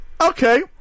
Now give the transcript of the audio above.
Okay